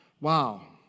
Wow